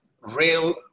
real